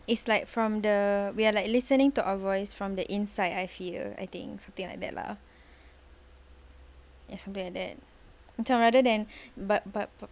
it's like from the we are like listening to our voice from the inside I feel I think something like that lah it's something like that so rather than but but